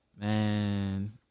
Man